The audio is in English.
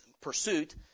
pursuit